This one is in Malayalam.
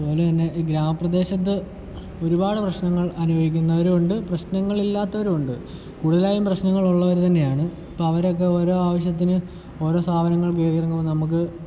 അതുപോലെ തന്നെ ഗ്രാമപ്രദേശത്ത് ഒരുപാട് പ്രശ്നങ്ങൾ അനുഭവിക്കുന്നവരും ഉണ്ട് പ്രശ്നങ്ങൾ ഇല്ലാത്തവരുണ്ട് കൂടുതലായും പ്രശ്നങ്ങൾ ഉള്ളവർ തന്നെയാണ് ഇപ്പം അവരൊക്കെ ഓരോ ആവശ്യത്തിന് ഓരോ സ്ഥാപനങ്ങൾ കറിയിറങ്ങുമ്പോൾ നമുക്ക്